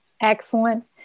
Excellent